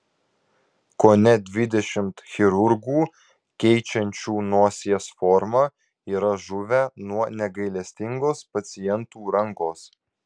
kone dvidešimt chirurgų keičiančių nosies formą yra žuvę nuo negailestingos pacientų rankos